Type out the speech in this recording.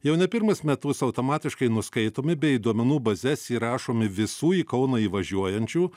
jau ne pirmus metus automatiškai nuskaitomi bei į duomenų bazes įrašomi visų į kauną įvažiuojančių